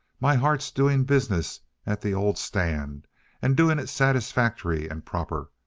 my heart's doing business at the old stand and doing it satisfactory and proper.